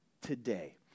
today